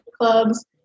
clubs